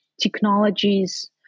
technologies